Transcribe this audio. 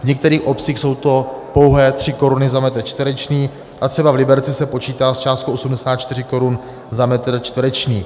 V některých obcích jsou to pouhé 3 koruny za metr čtvereční a cena v Liberci se počítá s částkou 84 korun za metr čtvereční.